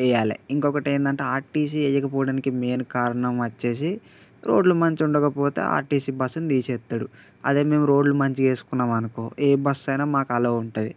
వేయాలి ఇంకొకటి ఏంటంటే ఆర్టీసీ వేయకపోవడానికి మెయిన్ కారణం వచ్చి రోడ్లు రోడ్లు మంచిగా ఉండకపోతే ఆర్టీసీ బస్సులు తీసేస్తాడు అదే మేము రోడ్లు మంచిగా వేసుకున్నామనుకో ఏ బస్సు అయినా మాకు అలౌ ఉంటుంది